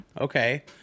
Okay